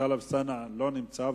חבר הכנסת טלב אלסאנע לא נמצא,